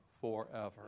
forever